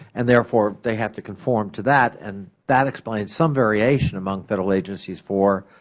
and therefore, they have to conform to that. and that explains some variation among federal agencies for